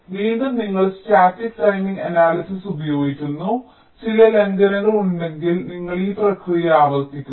വീണ്ടും നിങ്ങൾ static timing analysis ഉപയോഗിക്കുന്നു ചില ലംഘനങ്ങൾ ഉണ്ടെങ്കിൽ നിങ്ങൾ ഈ പ്രക്രിയ ആവർത്തിക്കുന്നു